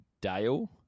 Dale